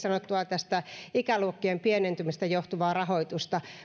sanottua ikäluokkien pienentymisestä johtuvaa rahoitusta